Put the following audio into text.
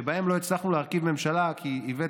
שבהן לא הצלחנו להרכיב ממשלה כי איווט